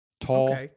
tall